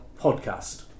podcast